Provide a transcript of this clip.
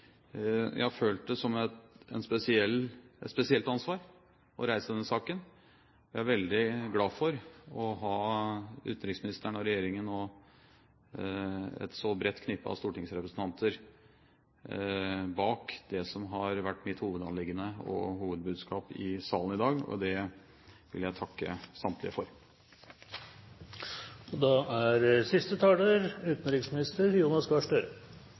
jeg har følt det som et spesielt ansvar å reise denne saken. Jeg er veldig glad for å ha utenriksministeren og regjeringen og et så bredt knippe av stortingsrepresentanter bak det som har vært mitt hovedanliggende og hovedbudskap i salen i dag, og det vil jeg takke samtlige for. Jeg vil slutte meg til representanten Høybråtens siste